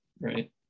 Right